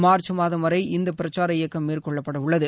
March மாதம் வரை இந்த பிரசார இயக்கம் மேற்கொள்ளப்படவுள்ளது